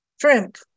shrimp